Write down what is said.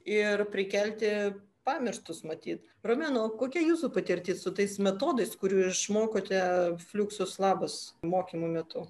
ir prikelti pamirštus matyt romena p kokia jūsų patirtis su tais metodais kurių išmokote fluksus labas mokymų metu